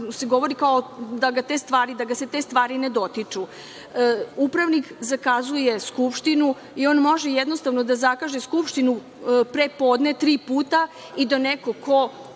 se govori da ga se te stvari ne dotiču. Upravnik zakazuje skupštinu i on može jednostavno da zakaže skupštinu pre podne tri puta i da neko ko